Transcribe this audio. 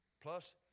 Plus